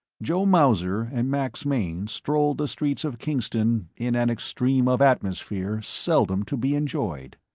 joe mauser and max mainz strolled the streets of kingston in an extreme of atmosphere seldom to be enjoyed.